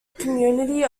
community